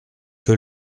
que